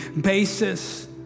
basis